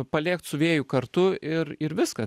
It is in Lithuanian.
palėkt su vėju kartu ir ir viska